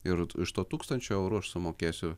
ir iš to tūkstančio eurų aš sumokėsiu